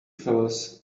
fellas